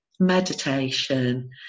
meditation